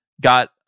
Got